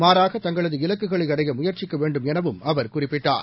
மாறாக தங்களது இலக்குகளை அடைய முயற்சிக்க வேண்டும் எனவும் அவர் குறிப்பிட்டார்